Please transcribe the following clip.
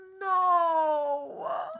No